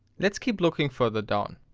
let's keep looking further down.